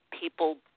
people